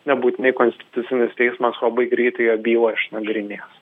nebūtinai konstitucinis teismas labai greitai jo bylą išnagrinės